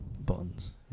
buttons